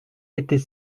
était